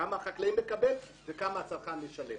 כמה החקלאים מקבלים וכמה הצרכן משלם.